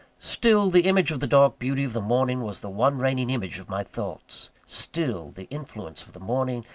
still, the image of the dark beauty of the morning was the one reigning image of my thoughts still, the influence of the morning,